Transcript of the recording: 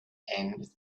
and